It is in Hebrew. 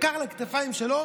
הוא לקח על הכתפיים שלו,